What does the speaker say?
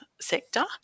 sector